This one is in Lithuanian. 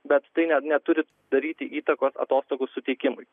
bet tai ne neturi daryti įtakos atostogų suteikimui